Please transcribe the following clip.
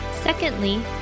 Secondly